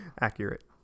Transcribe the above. Accurate